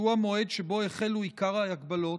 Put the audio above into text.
שהוא המועד שבו החלו עיקר ההגבלות,